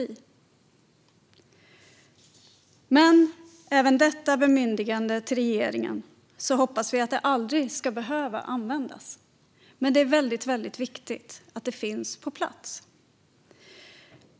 Vi hoppas att detta bemyndigande till regeringen aldrig ska behöva användas, men det är väldigt viktigt att det finns på plats.